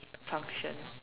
function